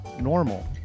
normal